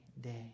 day